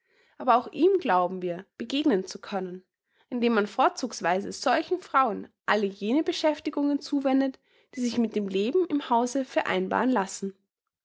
aber auch ihm glauben wir begegnen zu können indem man vorzugsweise solchen frauen alle jene beschäftigungen zuwendet die sich mit dem leben im hause vereinbaren lassen